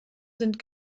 sind